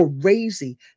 crazy